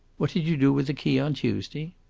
what did you do with the key on tuesday?